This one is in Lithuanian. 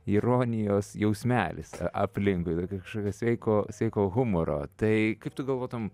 ironijos jausmelis a aplinkui tokio kažkokio sveiko sveiko humoro tai kaip tu galvotum